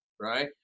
right